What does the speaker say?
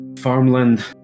Farmland